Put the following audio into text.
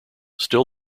still